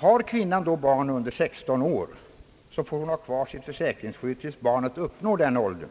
Har kvinnan barn under 16 år, får hon ha kvar sitt försäkringsskydd till dess barnet uppnår 16 års ålder,